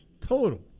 total